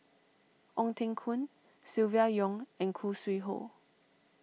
Ong Teng Koon Silvia Yong and Khoo Sui Hoe